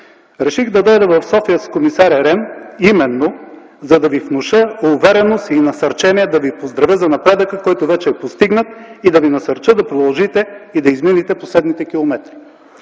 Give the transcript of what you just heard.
„Реших да дойда в София с комисаря Рен, именно за да ви внуша увереност и насърчение, да ви поздравя за напредъка, който вече е постигнат, и да ви насърча да продължите и да изминете последните километри”